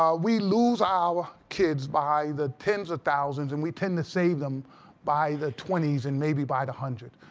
um we lose our kids by the tens of thousands, and we tend to save them by the twenties and maybe by the hundreds.